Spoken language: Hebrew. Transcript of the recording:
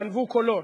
גנבו קולות.